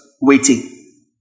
waiting